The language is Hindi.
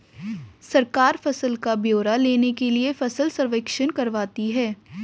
सरकार फसल का ब्यौरा लेने के लिए फसल सर्वेक्षण करवाती है